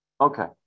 okay